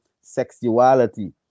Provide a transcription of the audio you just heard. sexuality